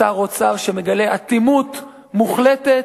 שר אוצר שמגלה אטימות מוחלטת,